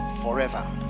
forever